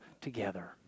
together